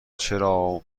چرا